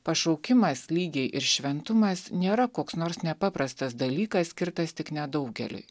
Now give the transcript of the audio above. pašaukimas lygiai ir šventumas nėra koks nors nepaprastas dalykas skirtas tik nedaugeliui